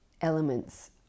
elements